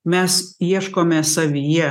mes ieškome savyje